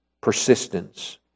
persistence